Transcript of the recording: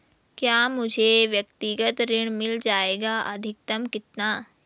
क्या मुझे व्यक्तिगत ऋण मिल जायेगा अधिकतम कितना?